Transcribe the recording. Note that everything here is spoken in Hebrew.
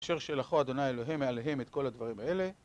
אשר שלחו אדוני אלוהים עליהם את כל הדברים האלה